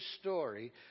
story